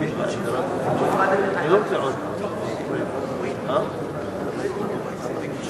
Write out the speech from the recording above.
הנושא לוועדת הפנים והגנת הסביבה נתקבלה.